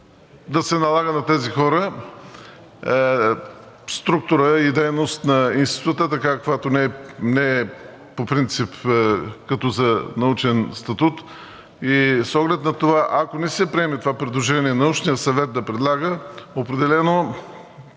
да се налага на тези хора структура и дейност на Института такава, каквато не е по принцип като за научен статут. С оглед на това, ако не се приеме това предложение научният съвет да предлага, определено